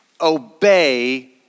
obey